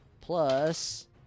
plus